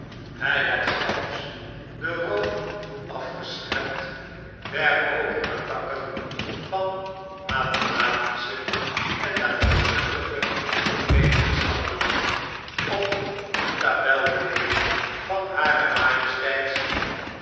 hij had zelfs den room afgeschept der hoogere takken van mathematische en natuurkundige wetenschappen op de tabel b van harer majesteits